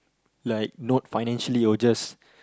like not financially or just